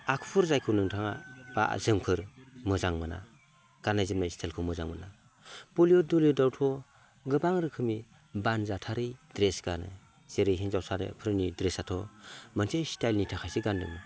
आखुफोर जायखौ नोंथाङा बा जोंफोर मोजां मोना गाननाय जोमनाय स्टाइलखौ मोजां मोना बलिवुद हलिवुदावथ' गोबां रोखोमनि बानजाथारि द्रेस गानो जेरै हिनजावसाफोरनि द्रेसआथ' मोनसे स्टाइलनि थाखायसो गान्दों